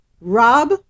Rob